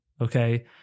okay